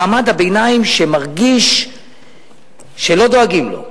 מעמד הביניים שמרגיש שלא דואגים לו,